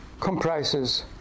comprises